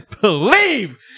believe